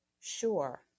sure